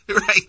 Right